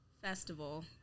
festival